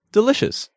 Delicious